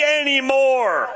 anymore